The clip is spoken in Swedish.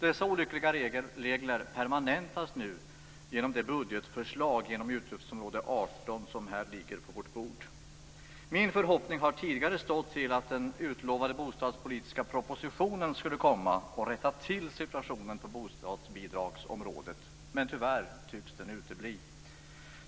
Dessa olyckliga regler permanentas nu genom det budgetförslag avseende Utgiftsområde 18 som ligger på riksdagens bord. Min förhoppning har tidigare stått till att den utlovade bostadspolitiska propositionen skulle komma att innebära att man rättade till situationen på bostadsbidragsområdet. Men tyvärr tycks den utebli.